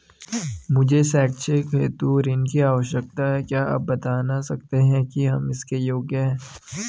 मुझे शैक्षिक हेतु ऋण की आवश्यकता है क्या आप बताना सकते हैं कि हम इसके योग्य हैं?